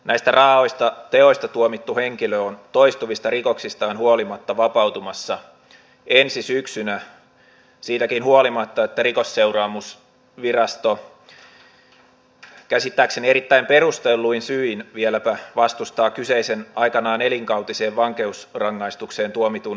näistä raaoista teoista tuomittu henkilö on toistuvista rikoksistaan huolimatta vapautumassa ensi syksynä siitäkin huolimatta että rikosseuraamuslaitos vieläpä käsittääkseni erittäin perustelluin syin vastustaa kyseisen aikanaan elinkautiseen vankeusrangaistukseen tuomitun vangin vapautumista